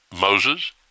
Moses